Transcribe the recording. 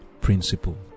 principle